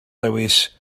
lewis